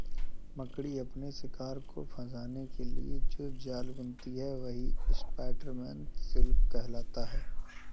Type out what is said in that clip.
मकड़ी अपने शिकार को फंसाने के लिए जो जाल बुनती है वही स्पाइडर सिल्क कहलाता है